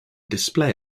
display